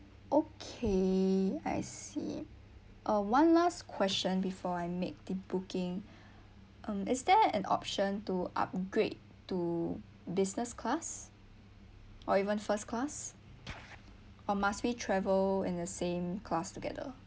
okay I see uh one last question before I make the booking um is there an option to upgrade to business class or even first class or must we travel in the same class together